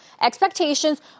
Expectations